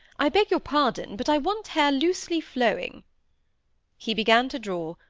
i beg your pardon, but i want hair loosely flowing he began to draw,